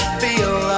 feel